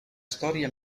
storia